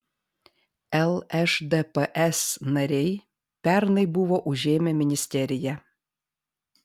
lšdps nariai pernai buvo užėmę ministeriją